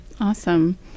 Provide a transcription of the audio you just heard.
Awesome